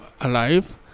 alive